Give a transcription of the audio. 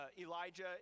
Elijah